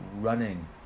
running